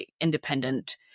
independent